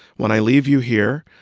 when i leave you here,